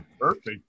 perfect